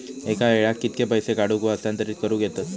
एका वेळाक कित्के पैसे काढूक व हस्तांतरित करूक येतत?